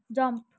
jump